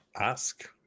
ask